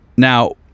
Now